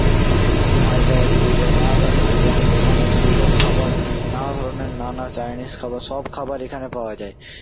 হায়দ্রাবাদের বিরিয়ানি নানা ধরনের বিরিয়ানির দোকান আছে এইসব খাবার নানা ধরনের নানা চাইনিস খাবার সব খাবার এখানে পাওয়া যায়